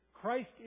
Christ